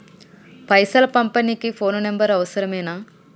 పైసలు పంపనీకి phone number అవసరమేనా?